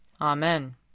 Amen